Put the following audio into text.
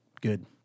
Good